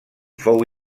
fou